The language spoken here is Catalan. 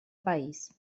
país